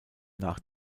nach